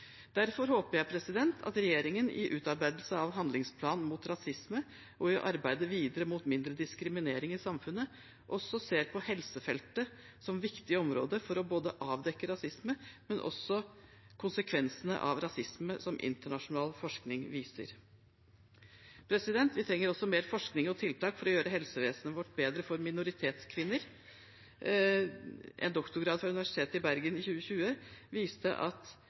Derfor håper jeg at regjeringen i utarbeidelse av handlingsplan mot rasisme og i arbeidet videre mot mindre diskriminering i samfunnet også ser på helsefeltet som et viktig område for å avdekke rasisme, og også på konsekvensene av rasisme, som internasjonal forskning viser. Vi trenger også mer forskning og tiltak for å gjøre helsevesenet vårt bedre for minoritetskvinner. En doktorgradsavhandling fra Universitetet i Bergen i 2020 viste at